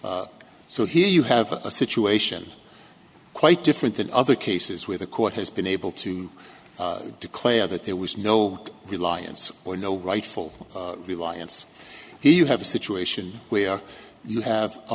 so here you have a situation quite different than other cases where the court has been able to declare that there was no reliance or no rightful reliance here you have a situation where you have a